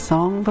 Song